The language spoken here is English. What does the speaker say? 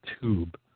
tube